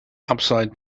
upside